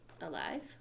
Alive